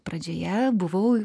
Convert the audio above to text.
pradžioje buvau